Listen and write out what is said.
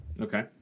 Okay